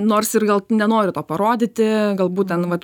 nors ir gal nenori to parodyti galbūt ten vat